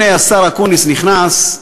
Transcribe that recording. הנה השר אקוניס נכנס,